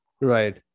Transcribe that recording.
Right